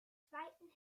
zweiten